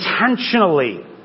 intentionally